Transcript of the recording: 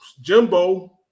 Jimbo